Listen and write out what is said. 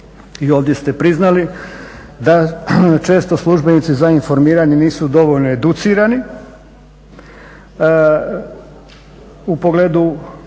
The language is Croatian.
i ovdje ste priznali da često službenici za informiranje nisu dovoljno educirani u pogledu